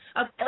Okay